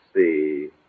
see